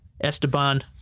Esteban